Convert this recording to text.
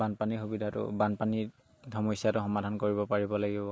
বানপানীৰ সুবিধাটো বানপানী সমস্যাটো সমাধান কৰিব পাৰিব লাগিব